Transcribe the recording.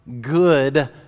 good